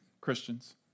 Christians